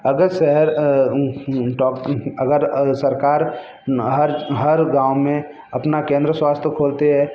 अगर शहर डॉक्टर अगर सरकार हर हर गाँव में अपना केंद्र स्वास्थ्य खोलती है